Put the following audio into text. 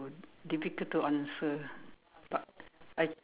difficult to answer but I